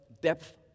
depth